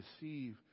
deceive